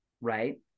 right